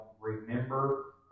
remember